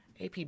AP